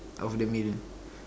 of the meal